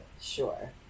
Sure